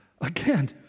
Again